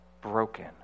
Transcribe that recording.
broken